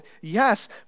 yes